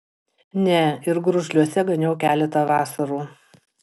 ne ir gružliuose ganiau keletą vasarų